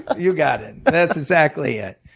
you got it. but that's exactly it.